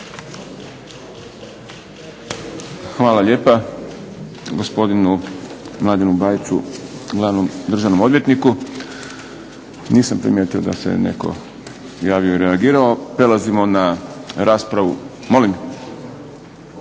Hvala lijepa gospodinu Mladenu Bajiću, Glavnom državnom odvjetniku. Nisam primijetio da se netko javio i reagirao. Prelazimo na raspravu. Molim?